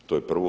To je prvo.